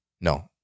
no